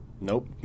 Nope